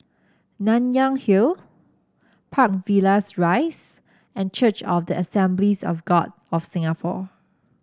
Nanyang Hill Park Villas Rise and Church of the Assemblies of God of Singapore